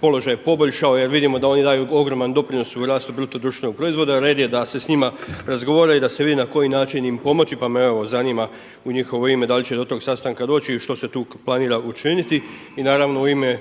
položaj poboljšao jer vidimo da oni daju ogroman doprinos u rastu BDP-a. red je da se s njima razgovara i da se vidi na koji način im pomoći, pa me evo zanima u njihovo ime da li će do tog sastanka doći i što se tu planira učiniti? I naravno u ime